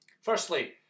Firstly